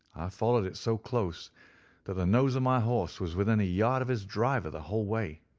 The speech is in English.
followed it so close that the nose of my horse was within a yard of his driver the whole way.